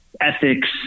ethics